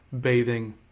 Bathing